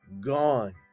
gone